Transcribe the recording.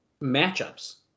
matchups